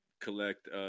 collect